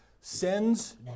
sends